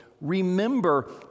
Remember